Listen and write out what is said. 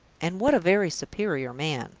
and what a very superior man!